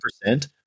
percent